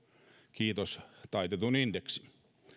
kiitos taitetun indeksin